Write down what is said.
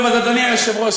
אדוני היושב-ראש,